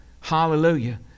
hallelujah